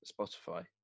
Spotify